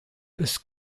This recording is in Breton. peus